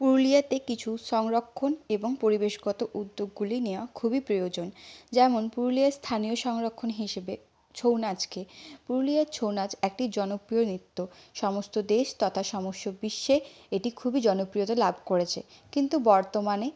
পুরুলিয়াতে কিছু সংরক্ষণ এবং পরিবেশগত উদ্যোগগুলি নেওয়া খুবই প্রয়োজন যেমন পুরুলিয়ার স্থানীয় সংরক্ষণ হিসেবে ছৌ নাচকে পুরুলিয়ার ছৌ নাচ একটি জনপ্রিয় নৃত্য সমস্ত দেশ তথা সমস্ত বিশ্বে এটি খুবই জনপ্রিয়তা লাভ করেছে কিন্তু বর্তমানে